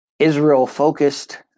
Israel-focused